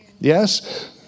Yes